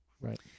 right